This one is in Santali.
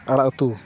ᱟᱲᱟᱜ ᱩᱛᱩ